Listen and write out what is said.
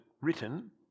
written